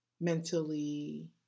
mentally